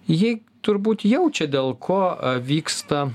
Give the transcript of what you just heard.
ji turbūt jaučia dėl ko vyksta